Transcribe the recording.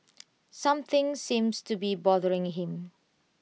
something seems to be bothering him